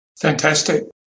Fantastic